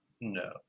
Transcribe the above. No